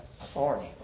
authority